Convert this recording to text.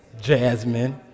Jasmine